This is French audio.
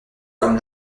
comme